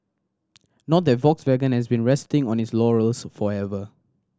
not that Volkswagen has been resting on its laurels however